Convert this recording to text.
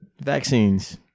Vaccines